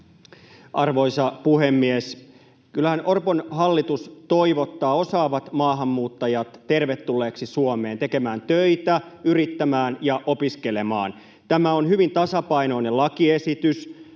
Arvoisa puhemies! Kyllähän Orpon hallitus toivottaa osaavat maahanmuuttajat tervetulleiksi Suomeen — tekemään töitä, yrittämään ja opiskelemaan. Tämä on hyvin tasapainoinen lakiesitys.